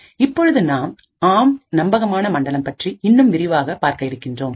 இப்பொழுது நாம் ஆம் நம்பகமான மண்டலம் பற்றி இன்னும் விரிவாக பார்க்க இருக்கின்றோம்